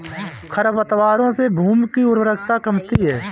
खरपतवारों से भूमि की उर्वरता कमती है